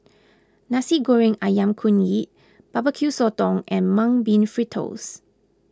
Nasi Goreng Ayam Kunyit Barbeque Sotong and Mung Bean Fritters